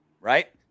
right